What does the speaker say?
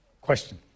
Question